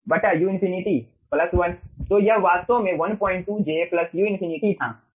तो यह वास्तव में 12 j u∞ था